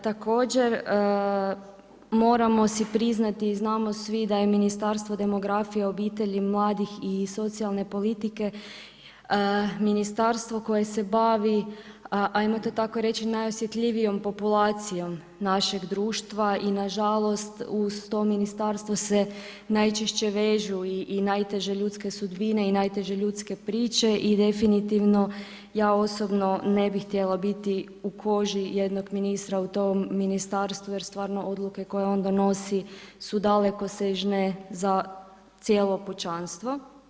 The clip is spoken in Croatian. Također moramo si priznati i znamo svi da je Ministarstvo demografije, obitelji, mladih i socijalne politike ministarstvo koje se bavi, ajmo to tako reći najosjetljivijom populacijom našeg društva i nažalost uz to ministarstvo se najčešće vezu i najteže ljudske sudbine i najteže ljudske priče i definitivno ja osobno ne bih htjela biti u koži jednog ministra u tom ministarstvu jer stvarno odluke koje on donosi su dalekosežne za cijelo pučanstvo.